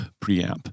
preamp